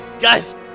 guys